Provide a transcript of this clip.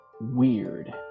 weird